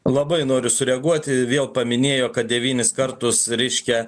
labai noriu sureaguoti vėl paminėjo kad devynis kartus reiškia